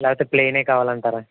లేకపోతే ప్లెయిన్ కావాలంటారా